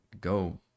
go